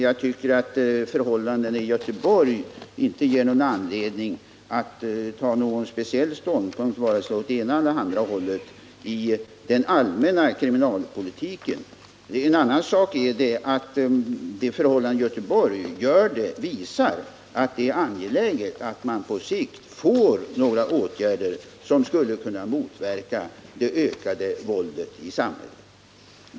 Jag tycker att förhållandena i Göteborg inte ger anledning att ta någon speciell ståndpunkt åt vare sig ena eller andra hållet i den allmänna kriminalpolitiken. Det är en annan sak att förhållandena i Göteborg visar att det är angeläget att man på sikt får till stånd åtgärder som skulle kunna motverka det ökade våldet i samhället.